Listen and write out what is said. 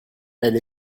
elles